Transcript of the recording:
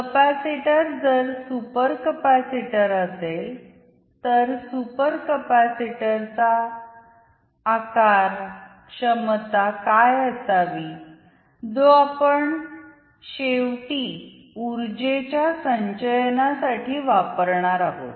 capacitor जर super capacitor असेल तर सुपर कॅपेसिटरचा आकार क्षमता काय असावी जो आपण शेवटी उर्जेच्या संचयनासाठी वापरणर आहोत